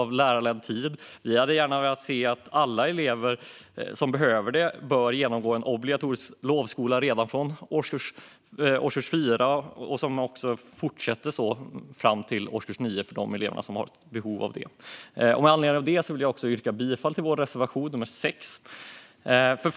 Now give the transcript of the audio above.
Vi hade gärna sett att alla elever som behöver det genomgår en obligatorisk lovskola redan från årskurs 4, och detta bör fortsätta fram till årskurs 9 för de elever som behöver det. Med anledning av detta vill jag yrka bifall till vår reservation nummer 6.